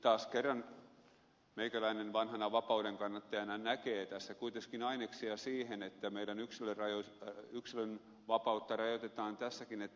taas kerran meikäläinen vanhana vapauden kannattajana näkee tässä kuitenkin aineksia siihen että meidän yksilönvapauttamme rajoitetaan tässäkin